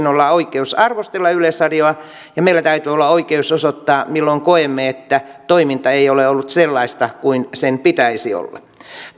olla oikeus arvostella yleisradiota ja meillä täytyy olla oikeus osoittaa milloin koemme että toiminta ei ole ollut sellaista kuin sen pitäisi olla